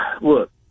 look